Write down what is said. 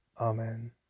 Amen